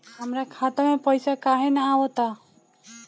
हमरा खाता में पइसा काहे ना आव ता?